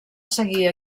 seguir